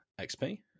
xp